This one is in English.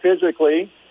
physically